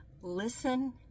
listen